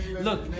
Look